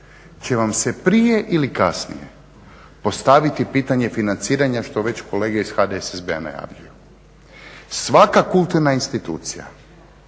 će vam se prije ili kasnije postaviti pitanje financiranja što već kolege iz HDSSB-a najavljuju. Svaka kulturna institucija